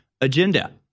agenda